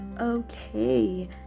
okay